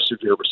severe